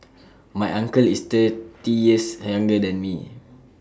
my uncle is thirty years younger than me